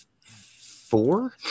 four